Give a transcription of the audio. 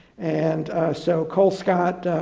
and so colescott